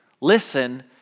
Listen